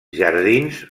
jardins